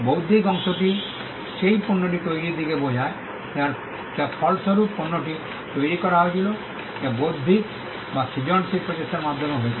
বৌদ্ধিক অংশটি সেই পণ্যটি তৈরির দিকে বোঝায় যা ফলস্বরূপ পণ্যটি তৈরি করা হয়েছিল যা বৌদ্ধিক বা সৃজনশীল প্রচেষ্টার মাধ্যমে হয়েছিল